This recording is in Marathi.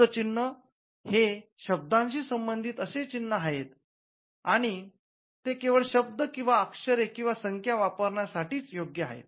शब्द चिन्ह हे शब्दाशी संबंधित असे चिन्ह आहेत आणि ते केवळ शब्द किंवा अक्षरे किंवा संख्या वापरण्यासाठीच योग्य आहेत